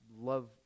love